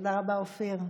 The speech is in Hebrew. תודה רבה, אופיר.